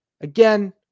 Again